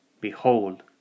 Behold